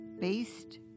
based